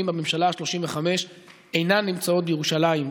בממשלה השלושים-וחמש אינן נמצאות בירושלים,